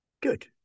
Good